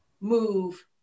move